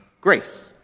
grace